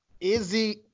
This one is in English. Izzy